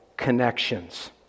Connections